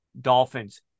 Dolphins